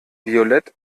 violett